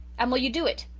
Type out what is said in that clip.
and will you do it?